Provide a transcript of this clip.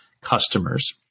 customers